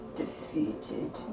defeated